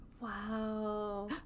Wow